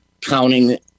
counting